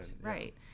right